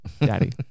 daddy